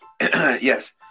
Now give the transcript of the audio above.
yes